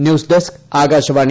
news desk Akashvani